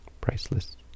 Priceless